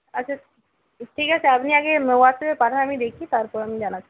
আচ্ছা ঠিক আছে আপনি আগে হোয়াটসঅ্যাপে পাঠান আমি দেখি তারপর আমি জানাচ্ছি